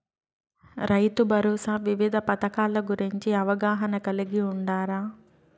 రైతుభరోసా వివిధ పథకాల గురించి అవగాహన కలిగి వుండారా?